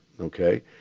okay